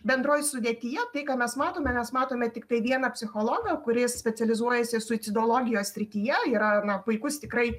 bendroj sudėtyje tai ką mes matome mes matome tiktai vieną psichologą kuris specializuojasi suicidologijos srityje yra puikus tikrai